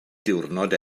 diwrnod